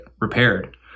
repaired